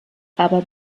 aber